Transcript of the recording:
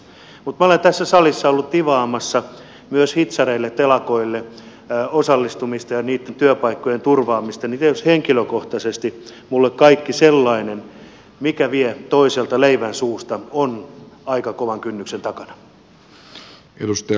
mutta kun minä olen tässä salissa ollut tivaamassa myös hitsareille telakoille osallistumista ja niitten työpaikkojen turvaamista niin tietysti henkilökohtaisesti minulle kaikki sellainen mikä vie toiselta leivän suusta on aika kovan kynnyksen takana